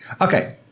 okay